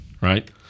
Right